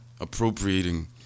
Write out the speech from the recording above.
Appropriating